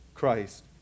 Christ